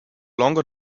longer